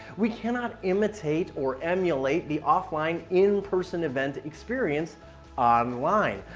we cannot imitate or emulate the offline in-person event experience online.